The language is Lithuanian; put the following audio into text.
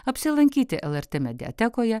apsilankyti lrt mediatekoje